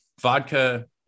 vodka